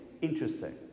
interesting